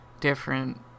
different